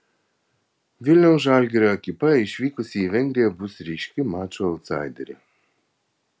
vilniaus žalgirio ekipa išvykusi į vengriją bus ryški mačo autsaiderė